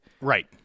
Right